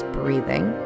breathing